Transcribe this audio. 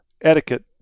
etiquette